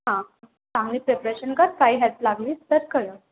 हां चांगली प्रिपरेशन कर काही हेल्प लागली तर कळव